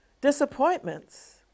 disappointments